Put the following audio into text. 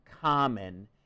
common